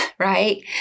Right